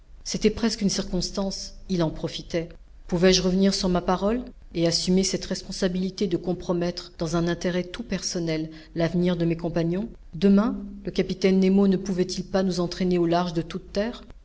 c'était presque une circonstance il en profitait pouvais-je revenir sur ma parole et assumer cette responsabilité de compromettre dans un intérêt tout personnel l'avenir de mes compagnons demain le capitaine nemo ne pouvait-il pas nous entraîner au large de toutes terres